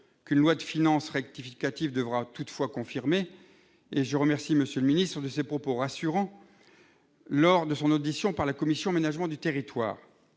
qu'une loi de finances rectificative devra toutefois confirmer, et je remercie M. le ministre des propos rassurants qu'il a tenus lors de son audition par la commission de l'aménagement du territoire